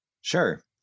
Sure